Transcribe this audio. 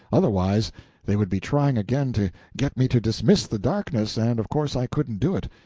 otherwise they would be trying again to get me to dismiss the darkness, and of course i couldn't do it.